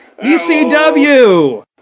ECW